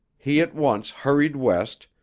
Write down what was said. he at once hurried west,